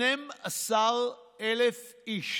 12,000 איש